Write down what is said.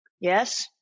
Yes